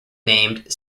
named